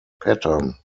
pattern